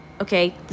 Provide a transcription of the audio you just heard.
Okay